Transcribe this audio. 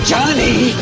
Johnny